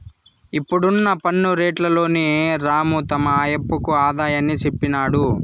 ఇప్పుడున్న పన్ను రేట్లలోని రాము తమ ఆయప్పకు ఆదాయాన్ని చెప్పినాడు